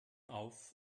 auf